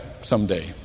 someday